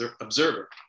observer